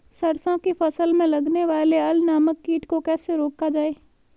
सरसों की फसल में लगने वाले अल नामक कीट को कैसे रोका जाए?